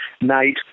night